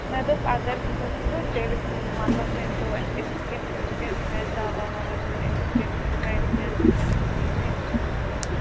مےٚ دوٚپ اگر چھَس تہٕ تیٚلہِ مطلب ؤنۍتو اَسہِ أمِس کِتھ کٔنۍ چھُ اَسہِ دوا وَوا دیُن أمِس کیٛاہ چھِ پَرہیز تہٕ یہِ ؤنۍہِو اَسہِ تُہۍ